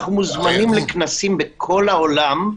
מוזמנים לכנסים בכל העולם.